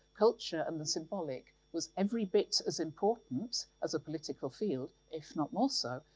culture and the symbolic was every bit as important as a political field, if not more so,